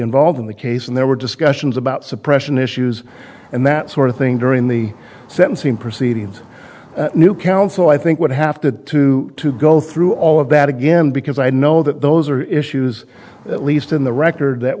involved in the case and there were discussions about suppression issues and that sort of thing during the sentencing proceeding new counsel i think would after that too to go through all of that again because i know that those are issues at least in the record that